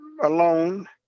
alone